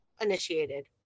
initiated